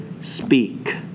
speak